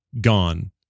gone